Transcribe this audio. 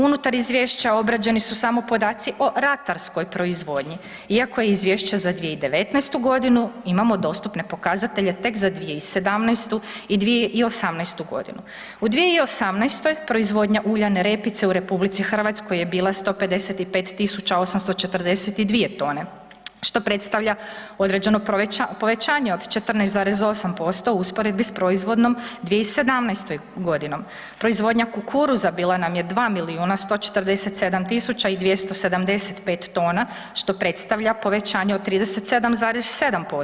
Unutar izvješća obrađeni su samo podaci o ratarskoj proizvodnji iako je izvješće za 2019.g. imamo dostupne pokazatelje tek za 2017. i 2018.g. U 2018. proizvodnja uljane repice u RH je bila 155842 tone, što predstavlja određeno povećanje od 14,8% u usporedbi s proizvodnom 2017.g. Proizvodnja kukuruza bila nam je 2 milijuna 147 tisuća i 275 tona, što predstavlja povećanje od 37,7%